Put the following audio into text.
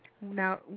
Now